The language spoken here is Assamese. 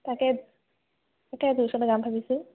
তাকে তাকে তোৰ ওচৰলৈ যাম ভাবিছোঁ